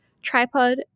Tripod